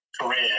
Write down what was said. career